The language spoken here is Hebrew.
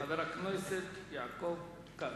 אחריו, חבר הכנסת יעקב כץ.